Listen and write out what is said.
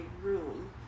room